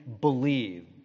believed